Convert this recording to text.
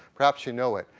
perhaps you know it.